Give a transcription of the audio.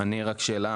אני רק שאלה.